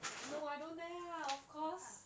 no I don't dare lah of course